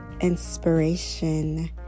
Inspiration